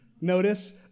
Notice